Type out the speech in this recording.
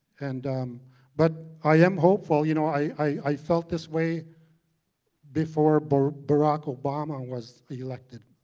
and um but i am hopeful. you know i i felt this way before but barack obama was elected.